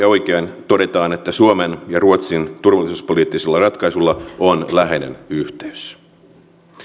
oikein todetaan että suomen ja ruotsin turvallisuuspoliittisilla ratkaisuilla on läheinen yhteys